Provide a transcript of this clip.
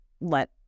let